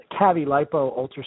cavi-lipo-ultrasound